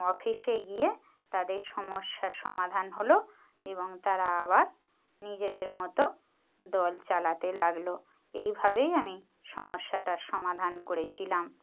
অফিসে গিয়ে তাদের সমস্যার সমাধান হল এবং তারা আবার নিজেদের মতো দল চালাতে লাগল এইভাবেই আমি সমস্যাটার সমাধান করেছিলাম